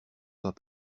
pas